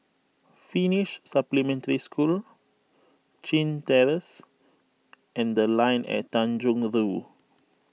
Finnish Supplementary School Chin Terrace and the Line At Tanjong Rhu